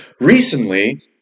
recently